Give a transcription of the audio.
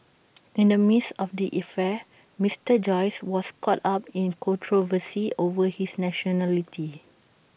in the midst of the affair Mister Joyce was caught up in controversy over his nationality